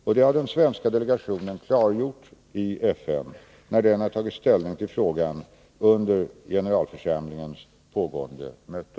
Detta har den svenska delegationen klargjort i FN, när den tagit ställning till frågan under generalförsamlingens pågående möte.